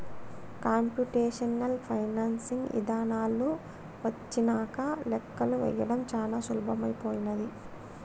computational financing ఇదానాలు వచ్చినంక లెక్కలు వేయడం చానా సులభమైపోనాది